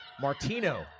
Martino